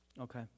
okay